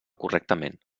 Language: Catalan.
correctament